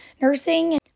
Nursing